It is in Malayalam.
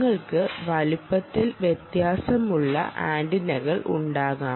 നിങ്ങൾക്ക് വലുപ്പത്തിൽ വ്യത്യാസമുള്ള ആന്റിനകൾ ഉണ്ടാകാം